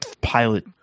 pilot